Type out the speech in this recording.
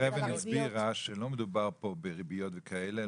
אבן הסבירה שלא מדובר פה בריביות וכאלה,